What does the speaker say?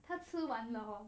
他吃完了 hor